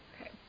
Okay